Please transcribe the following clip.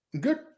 Good